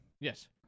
Yes